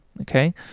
okay